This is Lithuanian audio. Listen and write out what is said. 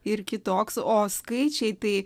ir kitoks o skaičiai tai